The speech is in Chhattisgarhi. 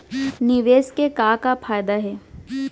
निवेश के का का फयादा हे?